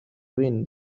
wind